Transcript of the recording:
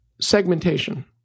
segmentation